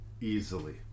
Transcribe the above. Easily